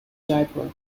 jaipur